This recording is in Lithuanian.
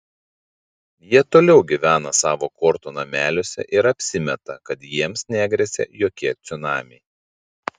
jie toliau gyvena savo kortų nameliuose ir apsimeta kad jiems negresia jokie cunamiai